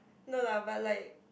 no lah but like